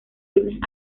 lunes